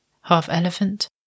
half-elephant